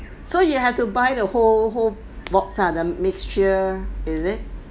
so you have to buy the whole whole box ah the mixture is it